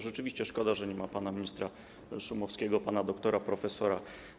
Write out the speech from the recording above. Rzeczywiście szkoda, że nie ma pana ministra Szumowskiego, pana doktora, profesora.